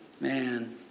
Man